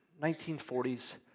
1940s